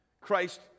Christ